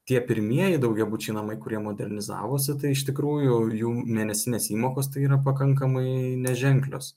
tie pirmieji daugiabučiai namai kurie modernizavosi tai iš tikrųjų jų mėnesinės įmokos tai yra pakankamai neženklios